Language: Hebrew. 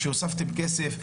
שהוספתם כסף,